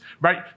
Right